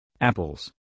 apples